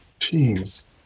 Jeez